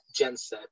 genset